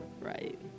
right